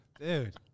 dude